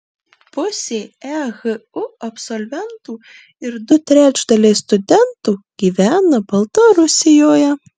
pusė ehu absolventų ir du trečdaliai studentų gyvena baltarusijoje